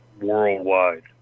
worldwide